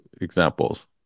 examples